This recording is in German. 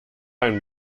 ein